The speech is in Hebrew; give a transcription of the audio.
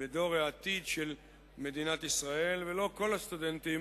בדור העתיד של מדינת ישראל, ולא כל הסטודנטים